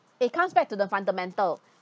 it comes back to the fundamental